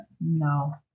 No